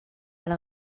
alla